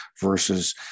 versus